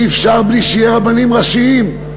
אי-אפשר בלי שיהיו רבנים ראשיים,